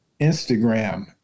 Instagram